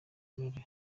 aurore